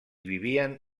vivien